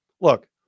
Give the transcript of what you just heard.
Look